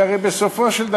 הרי בסופו של דבר,